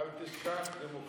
אל תשכח, דמוקרטית.